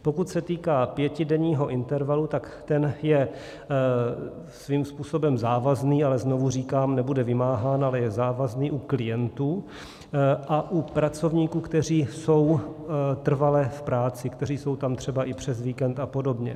Pokud se týká pětidenního intervalu, tak ten je svým způsobem závazný, ale znovu říkám, nebude vymáhán, ale je závazný u klientů a u pracovníků, kteří jsou trvale v práci, kteří jsou tam třeba i přes víkend apod.